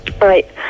Right